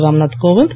Ramnath Kovind